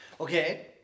okay